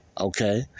Okay